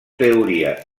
teoria